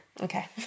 Okay